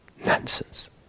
Nonsense